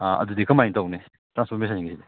ꯑꯥ ꯑꯗꯨꯗꯤ ꯀꯃꯥꯏ ꯇꯧꯅꯤ ꯇ꯭ꯔꯥꯟꯄꯣꯔꯇꯦꯁꯟꯒꯤꯁꯤꯗꯤ